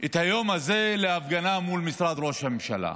היום הזה להפגנה מול משרד ראש הממשלה.